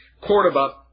Cordoba